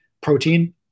protein